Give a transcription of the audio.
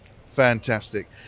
Fantastic